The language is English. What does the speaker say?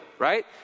right